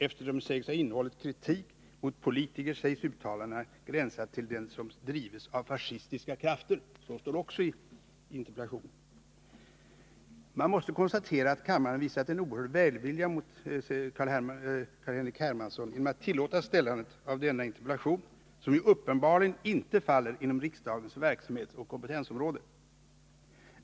Eftersom uttalandena sägs ha innehållit kritik mot politiker sägs de gränsa till den agitation som bedrivs av fascistiska krafter — så står det också i interpellationen. Man måste konstatera att kammaren visat en oerhörd välvilja mot Carl-Henrik Hermansson genom att tillåta framställandet av denna interpellation, som ju uppenbarligen inte faller inom riksdagens verksamhetsoch kompetensområde.